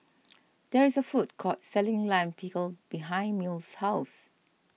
there is a food court selling Lime Pickle behind Mills' house